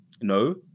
No